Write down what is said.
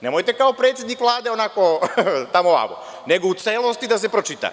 Nemojte kao predsednik Vlade onako tamo – vamo, nego u celosti da se pročita.